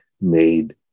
made